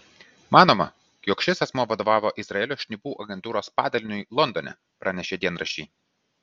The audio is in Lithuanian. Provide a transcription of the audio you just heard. manoma jog šis asmuo vadovavo izraelio šnipų agentūros padaliniui londone pranešė dienraščiai